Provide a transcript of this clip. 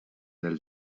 del